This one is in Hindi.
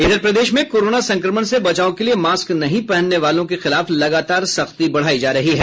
इधर प्रदेश में कोरोना संक्रमण से बचाव के लिए मास्क नहीं पहनने वालों को खिलाफ लगातार सख्ती बढ़ायी जा रही है